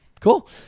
Cool